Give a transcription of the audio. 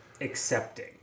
accepting